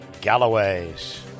Galloway's